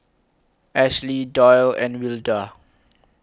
Ashly Doyle and Wilda